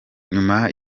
nyuma